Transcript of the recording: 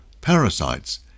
parasites